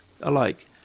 alike